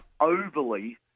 overly